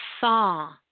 saw